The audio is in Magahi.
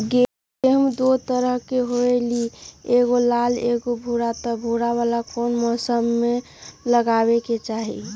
गेंहू दो तरह के होअ ली एगो लाल एगो भूरा त भूरा वाला कौन मौसम मे लगाबे के चाहि?